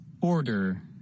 Order